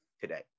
today